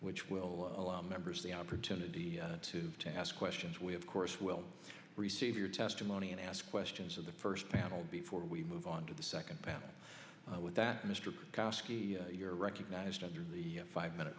which will allow members of the opportunity to ask questions we of course will receive your testimony and ask questions of the first panel before we move on to the second panel with that mr kosky you're recognized under the five minute